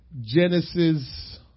Genesis